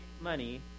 money